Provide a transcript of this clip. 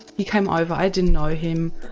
he came over, i didn't know him,